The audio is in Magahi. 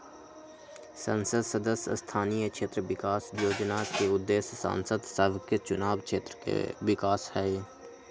संसद सदस्य स्थानीय क्षेत्र विकास जोजना के उद्देश्य सांसद सभके चुनाव क्षेत्र के विकास हइ